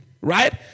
right